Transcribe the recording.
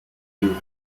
used